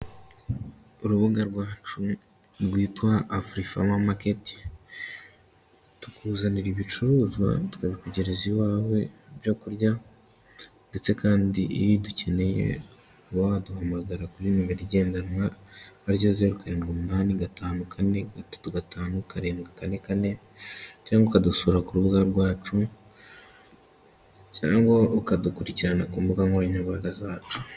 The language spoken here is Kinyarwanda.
Urubuga rwacu rwitwa afurifama maketi tukuzanira ibicuruzwa tubikugereza iwawe ibyo kurya ndetse kandi iyo dukeneye kuba waduhamagara kuri telefone igendanwa 0785435744 cyangwa ukadusura ku rubuga rwacu cyangwa ukadukurikirana ku mbuga nkoranyambaga zacu.